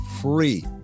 free